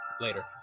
Later